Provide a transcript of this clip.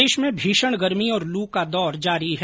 प्रदेश में भीषण गर्मी और लू का दौर जारी है